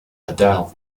adele